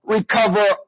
recover